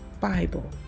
Bible